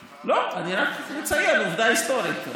לא, אני רק מציין עובדה היסטורית.